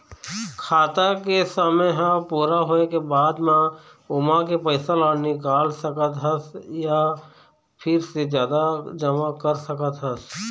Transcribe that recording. खाता के समे ह पूरा होए के बाद म ओमा के पइसा ल निकाल सकत हस य फिर से जमा कर सकत हस